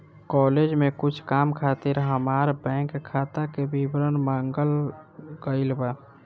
college में कुछ काम खातिर हामार बैंक खाता के विवरण मांगल गइल बा